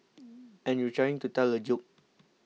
and you're trying to tell a joke